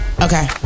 okay